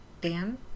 Dan